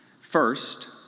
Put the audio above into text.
First